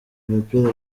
imipira